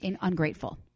ungrateful